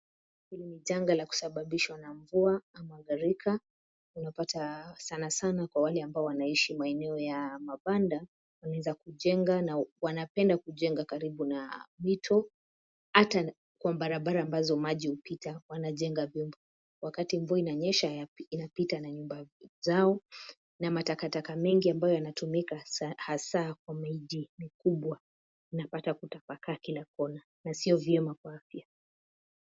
Hili ni janga la kusababishwa na mvua ama gharika, unaopata sana sana kwa wale ambao wana ishi kwa maeneo ya mabanda una weza kujenga na wana penda kujenga karibu na mito ata kwa barabara ambazo maji upita wanajenga . Wakati mvua ina nyesha ina pita na nyumba zao na matakaka mengi ambayo yanatumika hasa kwa miajili mikubwa unapata ume tapaka kila kona na sio vyema kwa afya.